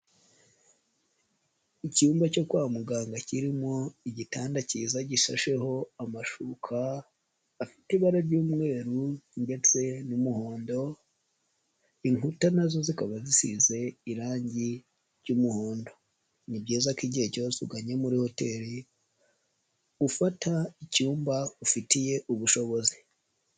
Icyumba cyo kwa muganga kirimo igitanda kiza gishasheho amashuka afite ibara ry'umweru ndetse n'umuhondo, inkuta na zo zikaba zisize irangi ry'umuhondo. Ni byiza ko igihe cyose uganye muri hoteli ufata icyumba ufitiye ubushobozi.